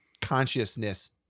consciousness